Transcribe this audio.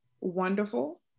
wonderful